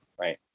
right